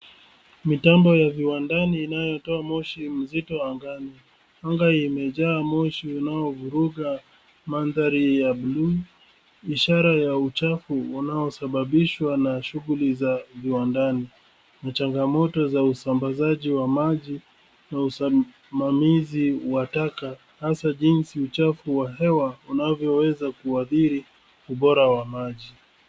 Mitambo ya viwandani inayotoa moshi mzito angani. Anga imejaa moshi unaovuruga madhari ya bluu ishara ya uchafu unaoshababishwa na shughuli za viwandani. Ni changamoto wa usambazaji wa maji na usamamizi wa taka haswa jinsi uchafu wa hewa unavyo weza kuadhili ubora wa maji.